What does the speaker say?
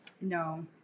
No